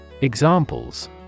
Examples